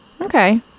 Okay